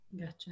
Gotcha